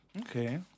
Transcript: Okay